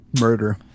murder